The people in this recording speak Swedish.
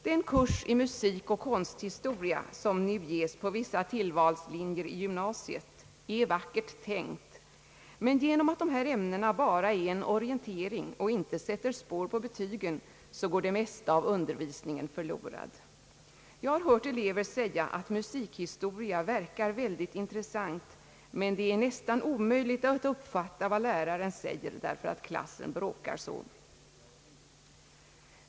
Den kurs i musikoch konsthistoria som nu ges på vissa tillvalslinjer i gymnasiet är vackert tänkt, men genom att dessa ämnen bara ger en orientering och inte sätter spår i betygen, går det mesta av undervisningen förlorat. Jag har hört elever säga att musikhistoria verkar intressant men att det för .det mesta är omöjligt att uppfatta vad läraren säger därför att klassen bråkar så.